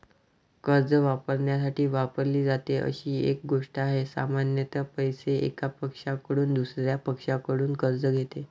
कर्ज वापरण्यासाठी वापरली जाते अशी एक गोष्ट आहे, सामान्यत पैसे, एका पक्षाकडून दुसर्या पक्षाकडून कर्ज घेते